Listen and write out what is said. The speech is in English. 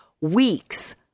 weeks